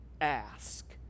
ask